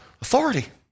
Authority